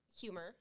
Humor